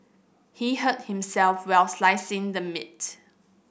he hurt himself while slicing the meat